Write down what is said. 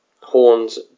horns